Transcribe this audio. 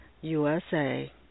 USA